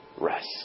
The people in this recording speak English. rest